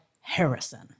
Harrison